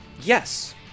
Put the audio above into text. Yes